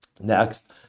Next